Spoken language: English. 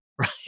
right